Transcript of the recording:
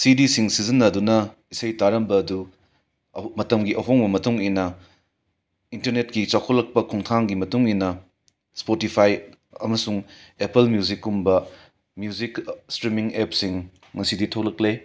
ꯁꯤꯗꯤꯁꯤꯡ ꯁꯤꯖꯟꯅꯗꯨꯅ ꯏꯁꯩ ꯇꯥꯔꯝꯕ ꯑꯗꯨ ꯑꯍꯣ ꯃꯇꯝꯒꯤ ꯑꯍꯣꯡꯕ ꯃꯇꯨꯡ ꯏꯟꯅ ꯏꯟꯇꯔꯅꯦꯠꯀꯤ ꯀꯥꯎꯈꯠꯂꯛꯄ ꯈꯣꯡꯊꯥꯡꯒꯤ ꯃꯇꯨꯡ ꯏꯟꯅ ꯁ꯭ꯄꯣꯇꯤꯐꯥꯏ ꯑꯃꯁꯨꯡ ꯑꯦꯄꯜ ꯃ꯭ꯌꯨꯖꯤꯛ ꯀꯨꯝꯕ ꯃ꯭ꯌꯨꯖꯤꯛ ꯁ꯭ꯇ꯭ꯔꯤꯃꯤꯡ ꯑꯦꯞꯁꯤꯡ ꯉꯁꯤꯗꯤ ꯊꯣꯛꯂꯛꯂꯦ